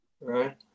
Right